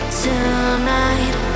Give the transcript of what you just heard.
tonight